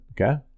Okay